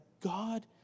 God